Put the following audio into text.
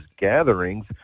gatherings –